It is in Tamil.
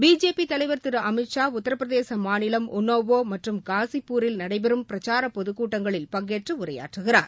பிஜேபி தலைவர் திரு அமீத் ஷா உத்திரபிரதேச மாநிலம் உன்னாவோ மற்றும் காசிபுரில் நடைபெறும் பிரச்சார பொதுக் கூட்டங்களில் பங்கேற்று உரையாற்றுகிறார்